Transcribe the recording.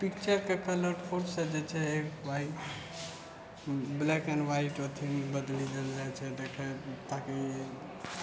पिक्चरके colour कोडसँ जे छै व्हाइट ब्लैक एण्ड व्हाइट अथीमे बदलि देल जाइ छै देखै ताकि